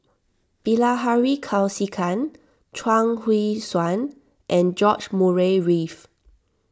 Bilahari Kausikan Chuang Hui Tsuan and George Murray Reith